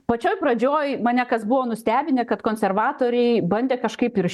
pačioj pradžioj mane kas buvo nustebinę kad konservatoriai bandė kažkaip ir